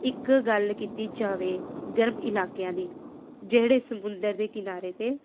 ਇੱਕ ਗੱਲ ਕੀਤੀ ਜਾਵੇ ਗਰਮ ਇਲਾਕਿਆਂ ਦੀ ਜਿਹੜੇ ਸਮੁੰਦਰ ਦੇ ਕਿਨਾਰੇ 'ਤੇ